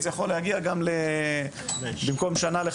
זה יכול להגיע לחמש שנים במקום שנה.